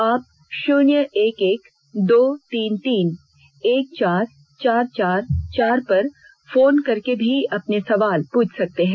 आप शून्य एक एक दो तीन तीन एक चार चार चार चार पर फोन करके भी अपने सवाल पूछ सकते हैं